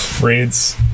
reads